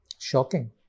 Shocking